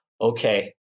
okay